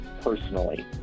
personally